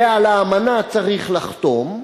ועל האמנה צריך לחתום,